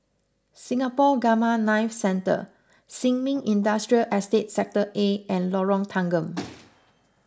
Singapore Gamma Knife Centre Sin Ming Industrial Estate Sector A and Lorong Tanggam